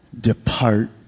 Depart